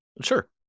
Sure